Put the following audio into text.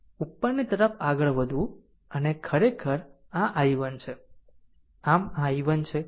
ઉપરની તરફ આગળ વધવું અને આ ખરેખર આ i1 છે આમ આ i1 છે